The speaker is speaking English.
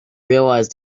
realise